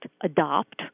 adopt